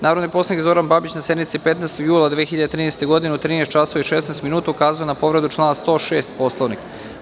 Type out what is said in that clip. Narodni poslanik Zoran Babić na sednici 15. jula 2013. godine, u 12 časova i 34 minuta, ukazao je na povredu člana 107. stav 1. Poslovnika.